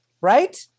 Right